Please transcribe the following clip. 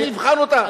אני אבחן אותה.